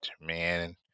Man